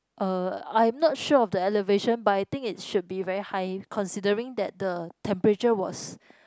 uh I'm not sure of the elevation but I think it should be very high considering that the temperature was